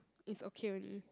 is okay only